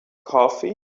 coffee